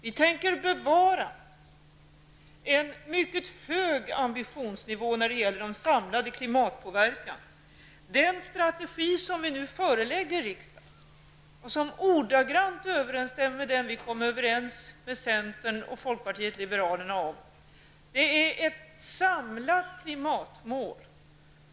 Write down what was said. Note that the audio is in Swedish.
Vi tänker bevara en mycket hög ambitionsnivå vad gäller den samlade klimatpåverkan. Den strategi som vi nu förelägger riksdagen och som ordagrant överensstämmer med den som vi kom överens med centern och folkpartiet liberalerna om är ett samlat klimatmål.